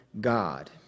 God